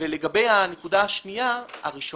לגבי הנקודה הראשונה,